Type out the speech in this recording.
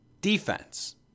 defense